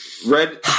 Red